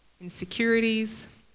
insecurities